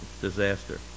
disaster